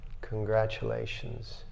congratulations